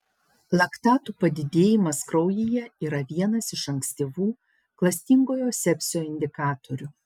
laktatų padidėjimas kraujyje yra vienas iš ankstyvų klastingojo sepsio indikatorių